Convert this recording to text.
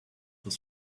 was